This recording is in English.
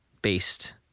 based